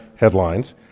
Headlines